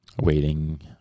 Waiting